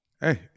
Hey